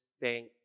thank